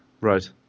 Right